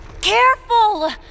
careful